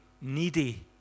needy